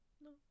no